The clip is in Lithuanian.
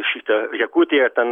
šita jakutija ten